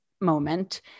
moment